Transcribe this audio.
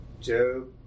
Job